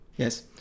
Yes